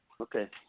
Okay